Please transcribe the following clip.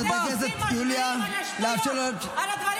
לא היה דיון בקבינט על העמדה לדין של מחבלי הנוח'בה האלה.